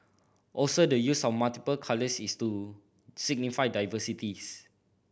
also the use of multiple colours is to signify diversities